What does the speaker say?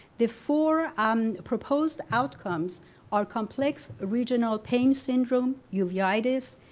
the four um proposed outcomes are complex ah regional pain syndrome, uveitis,